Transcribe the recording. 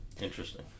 Interesting